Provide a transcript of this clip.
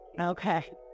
Okay